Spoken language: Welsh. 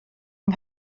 yng